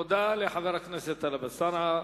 תודה לחבר הכנסת טלב אלסאנע.